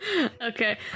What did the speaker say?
Okay